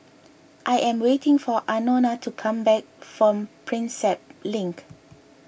I am waiting for Anona to come back from Prinsep Link